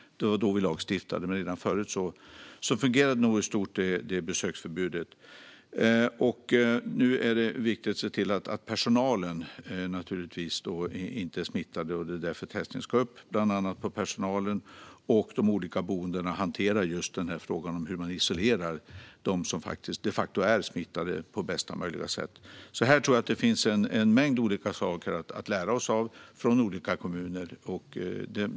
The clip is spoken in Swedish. Det var då vi lagstiftade för att det skulle bli uthålligt. Men redan förut fungerade nog i stort det besöksförbudet. Nu är det naturligtvis viktigt att se till att personalen inte är smittad. Det är därför testning ska ske, bland annat av personalen. De olika boendena hanterar frågan om hur man på bästa möjliga sätt isolerar dem som de facto är smittade. Jag tror att det finns en mängd olika saker vi kan lära oss av från olika kommuner.